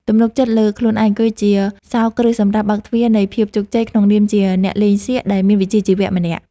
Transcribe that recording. ទំនុកចិត្តលើខ្លួនឯងគឺជាសោរគ្រឹះសម្រាប់បើកទ្វារនៃភាពជោគជ័យក្នុងនាមជាអ្នកលេងសៀកដែលមានវិជ្ជាជីវៈម្នាក់។